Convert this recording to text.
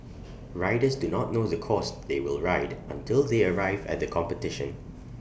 riders do not know the course they will ride until they arrive at the competition